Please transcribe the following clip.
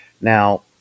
Now